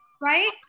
right